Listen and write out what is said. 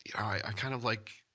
i kind of like.